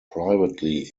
privately